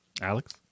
Alex